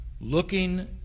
looking